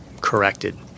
corrected